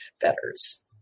betters